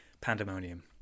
Pandemonium